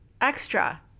Extra